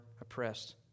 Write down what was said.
oppressed